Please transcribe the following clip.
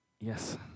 Yes